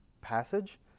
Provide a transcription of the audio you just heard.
passage